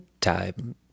time